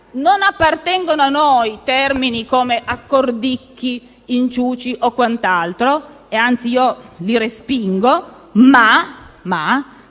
Non appartengono a noi termini come «accordicchi», «inciuci» o quant'altro - anzi io li respingo - ma